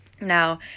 Now